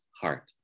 heart